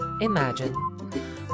Imagine